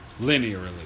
linearly